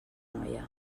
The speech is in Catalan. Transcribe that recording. noia